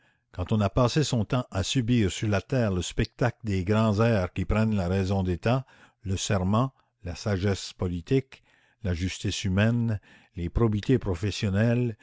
quand on a passé son temps à subir sur la terre le spectacle des grands airs que prennent la raison d'état le serment la sagesse politique la justice humaine les probités professionnelles